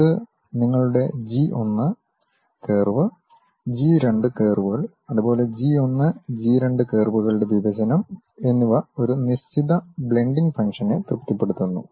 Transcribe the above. ഇത് നിങ്ങളുടെ G 1 curve G 2 കർവുകൾ അതുപോലെ ജി 1 ജി 2 കർവുകൾടെ വിഭജനം എന്നിവ ഒരു നിശ്ചിത ബ്ലെണ്ടിംഗ് ഫംഗ്ഷനെ തൃപ്തിപ്പെടുത്തുന്നു